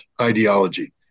ideology